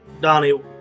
Donnie